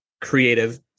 creative